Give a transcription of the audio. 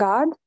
God